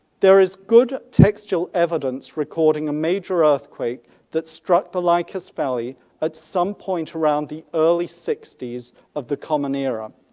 there is good textual evidence recording a major earthquake that struck the lycus valley at some point around the early sixties of the common era.